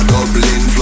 Dublin